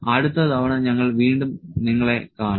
അടുത്ത തവണ ഞങ്ങൾ നിങ്ങളെ വീണ്ടും കാണും